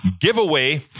giveaway